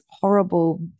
horrible